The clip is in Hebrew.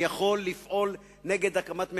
אני יכול לפעול נגד הקמת ממשלה,